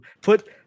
put